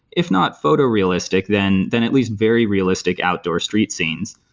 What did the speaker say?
if not photorealistic, then then at least very realistic outdoor street scenes.